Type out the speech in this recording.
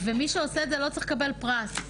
מי שעושה את זה, לא צריך לקבל פרס.